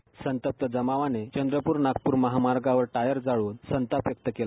sound bite संतप्त जमावांनी चंद्रपूर नागपूर महामार्गावर वययर जाळून संताप व्यक्त केला